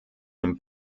den